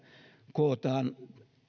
kootaan